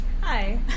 Hi